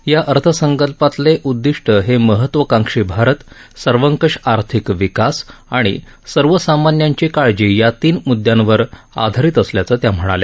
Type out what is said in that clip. या अर्थसंकल्पाचे उददिष्ट हे महत्वाकांक्षी भारत सर्वकष आर्थिक विकास आणि सर्वसामान्यांची काळजी या तीन मुददयांवर अर्थसंकल्प आधारित असल्याचे त्या म्हणाल्या